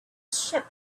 ship